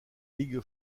ligue